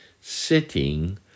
sitting